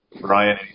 Brian